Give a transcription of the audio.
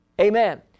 Amen